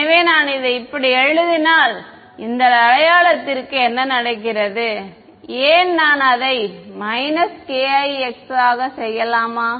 எனவே நான் இதை இப்படி எழுதினால் இந்த அடையாளத்திற்கு என்ன நடக்கிறது ஏன் அதை நான் kix ஆக செய்யலாமா